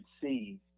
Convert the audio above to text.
see